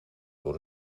door